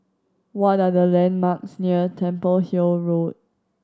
what are the landmarks near Temple Hill Road